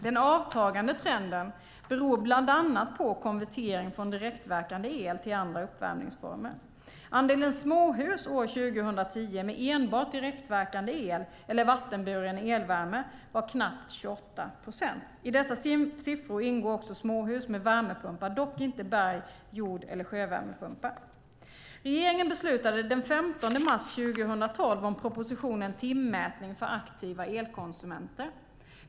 Den avtagande trenden beror bland annat på konvertering från direktverkande el till andra uppvärmningsformer. Andelen småhus år 2010 med enbart direktverkande el eller vattenburen elvärme var knappt 28 procent. I dessa siffror ingår också småhus med värmepumpar, dock inte berg-, jord eller sjövärmepumpar. Regeringen beslutade den 15 mars 2012 om propositionen Timmätning för aktiva elkonsumenter .